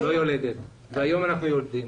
והיום אנחנו יולדים,